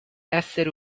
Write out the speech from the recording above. essere